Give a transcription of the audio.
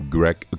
Greg